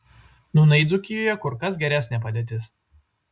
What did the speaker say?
nūnai dzūkijoje kur kas geresnė padėtis